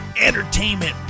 entertainment